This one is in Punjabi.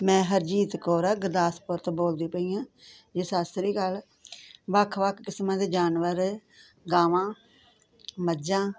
ਮੈਂ ਹਰਜੀਤ ਕੌਰ ਆ ਗੁਰਦਾਸਪੁਰ ਤੋਂ ਬੋਲਦੀ ਪਈ ਹਾਂ ਜੀ ਸਤਿ ਸ਼੍ਰੀ ਅਕਾਲ ਵੱਖ ਵੱਖ ਕਿਸਮਾਂ ਦੇ ਜਾਨਵਰ ਗਾਵਾਂ ਮੱਝਾਂ